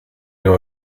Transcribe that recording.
new